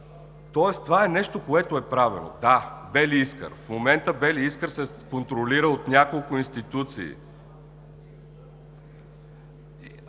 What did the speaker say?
Тоест това е нещо, което е правено. Да, „Бели Искър“. В момента „Бели Искър“ се контролира от няколко институции.